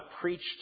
preached